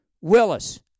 Willis